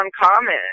uncommon